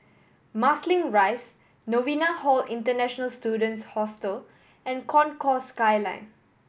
Marsiling Rise Novena Hall International Students Hostel and Concourse Skyline